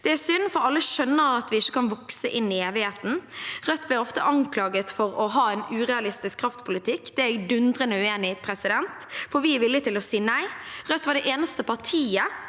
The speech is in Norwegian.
Det er synd, for alle skjønner at vi ikke kan vokse inn i evigheten. Rødt blir ofte anklaget for å ha en urealistisk kraftpolitikk. Det er jeg dundrende uenig i, for vi er villige til å si nei. Rødt var det eneste partiet